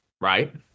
right